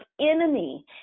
enemy